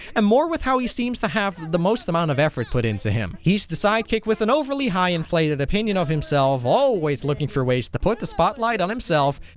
and more with how he seems to have the most amount of effort put into him. he's the sidekick with an overly high inflated opinion of himself, always looking for ways to put the spotlight on himself,